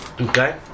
Okay